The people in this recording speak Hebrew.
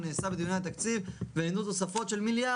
זה יהיה גובה התוספת הריאלית.